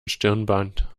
stirnband